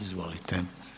Izvolite.